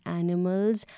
animals